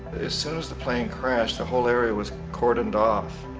as soon as the plane crashed the whole area was cordoned off.